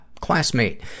classmate